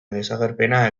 desagerpena